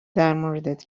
درموردت